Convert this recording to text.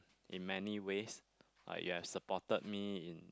in many ways ah ya supported me in